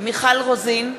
מיכל רוזין,